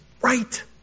right